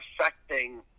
affecting